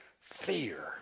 Fear